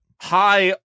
High